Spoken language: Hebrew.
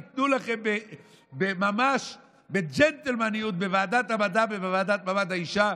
ייתנו לכם ממש בג'נטלמניות בוועדת המדע ובוועדה למעמד האישה.